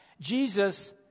Jesus